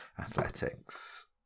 Athletics